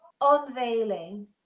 unveiling